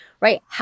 right